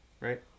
right